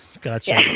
gotcha